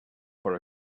for